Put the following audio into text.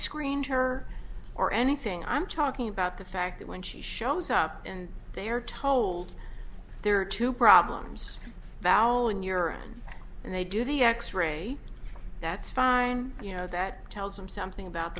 screened her or anything i'm talking about the fact that when she shows up and they are told there are two problems vowel in urine and they do the x ray that's fine you know that tells them something about